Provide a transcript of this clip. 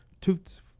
Toots